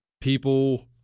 People